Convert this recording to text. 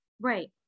right